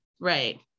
Right